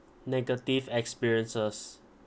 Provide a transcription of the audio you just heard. negative experiences